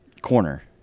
Corner